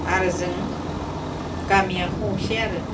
आरो जों गामिया खौसे आरो